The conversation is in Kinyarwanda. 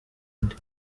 undi